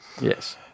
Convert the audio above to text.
Yes